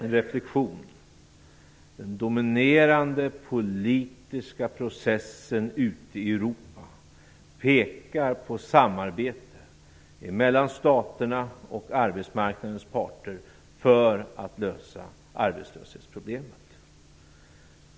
En reflexion: Den dominerande politiska processen ute i Europa pekar på samarbete mellan staterna och arbetsmarknadens parter för att lösa arbetslöshetsproblemet.